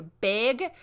big